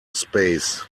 space